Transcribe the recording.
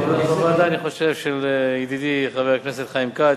בוועדה, אני חושב, של ידידי חבר הכנסת חיים כץ,